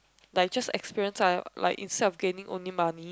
like just experience ah like instead of gaining only money